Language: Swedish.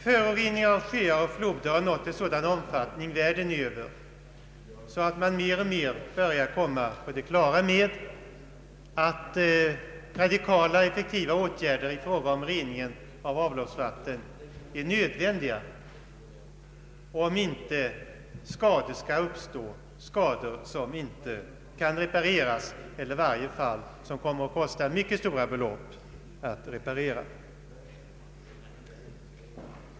Föroreningen av sjöar och floder har nått en sådan omfattning världen över att man mer och mer börjar komma på det klara med att radikala och effektiva åtgärder i fråga om rening av avloppsvatten är nödvändiga för att det inte skall uppstå skador som inte kan repareras eller som det i varje fall kommer att kosta mycket stora belopp att reparera.